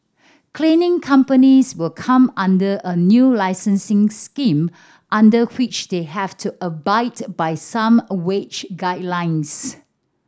cleaning companies will come under a new licensing scheme under which they have to abide by some a wage guidelines